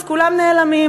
אז כולם נעלמים,